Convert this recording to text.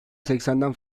seksenden